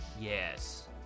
Yes